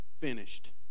finished